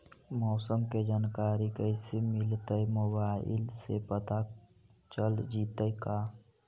मौसम के जानकारी कैसे मिलतै मोबाईल से पता चल जितै का?